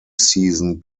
season